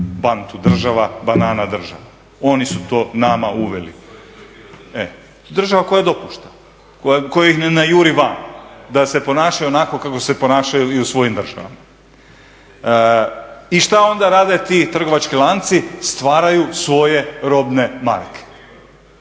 … država, banana država, oni su to nama uveli. Država koja dopušta, koja ih ne najuri van, da se ponašaju kako se ponašaju i u svojim državama. I što onda rade ti trgovački lanci? Stvaraju svoje robne marke.